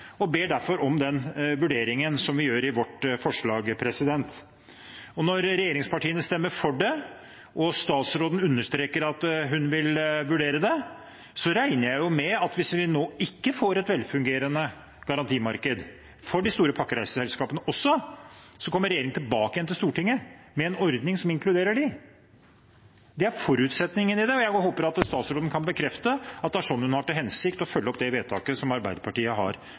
ber derfor om den vurderingen som vi gjør i vårt forslag. Når regjeringspartiene stemmer for det, og statsråden understreker at hun vil vurdere det, regner jeg med at hvis vi nå ikke får et velfungerende garantimarked for de store pakkereiseselskapene også, kommer regjeringen tilbake til Stortinget med en ordning som inkluderer dem. Det er forutsetningen i det. Jeg håper statsråden kan bekrefte at det er sånn hun har til hensikt å følge opp vedtaket av forslaget som Arbeiderpartiet har